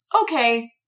okay